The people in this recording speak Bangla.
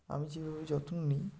আমি যেভাবে যত্ন নিই